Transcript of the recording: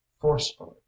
forcefully